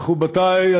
מכובדי,